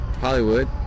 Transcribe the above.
Hollywood